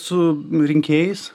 su rinkėjais